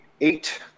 Eight